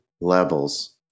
levels